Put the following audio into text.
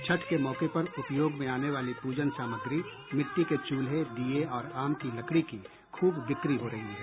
छठ के मौके पर उपयोग में आने वाली प्रजन सामग्री मिट्टी के चूल्हे दीये और आम की लकड़ी की खूब बिक्री हो रही है